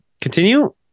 continue